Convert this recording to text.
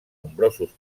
nombrosos